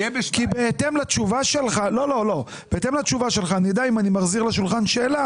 בהתאם לתשובה שלך נדע אם אני מחזיר לשולחן שאלה